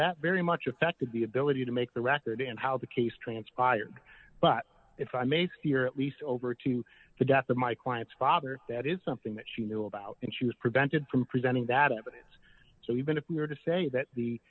that very much affected the ability to make the record and how the case transpired but if i may steer at least over to the death of my client's father that is something that she knew about and she was prevented from presenting that evidence so even if we were to say that the